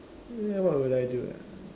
err what will I do ah